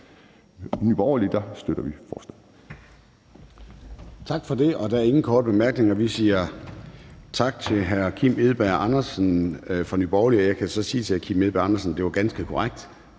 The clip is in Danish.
I Nye Borgerlige støtter vi forslaget.